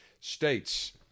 states